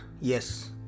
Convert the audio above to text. Yes